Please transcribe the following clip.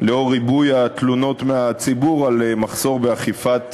לנוכח ריבוי התלונות מהציבור על אי-אכיפת